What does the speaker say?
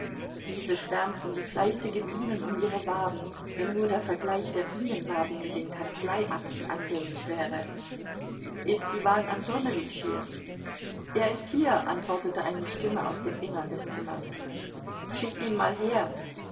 diese schwärmten wie fleißige bienen um ihre waben wenn nur der vergleich der bienenwaben mit den kanzleiakten angängig wäre ist iwan antonowitsch hier er ist hier antwortete eine stimme aus dem innern des zimmers schickt ihn mal her